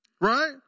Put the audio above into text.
Right